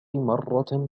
مرة